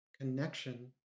connection